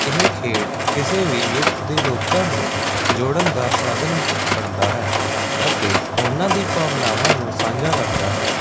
ਇਹ ਖੇਡ ਕਿਸੇ ਵੀ ਯੁੱਗ ਦੇ ਲੋਕਾਂ ਨੂੰ ਜੋੜਨ ਦਾ ਸਾਧਨ ਬਣਦਾ ਹੈ ਅਤੇ ਉਹਨਾਂ ਦੀ ਭਾਵਨਾਵਾਂ ਨੂੰ ਸਾਂਝਾ ਕਰਦਾ ਹੈ